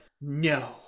no